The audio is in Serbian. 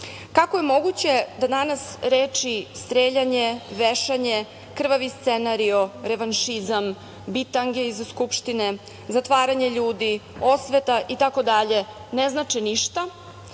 niko? Kako je moguće da danas reči streljanje, vešanje, krvavi scenario, revanšizam, bitange iz Skupštine, zatvaranje ljudi, osveta, itd. ne znače ništa